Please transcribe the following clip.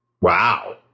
Wow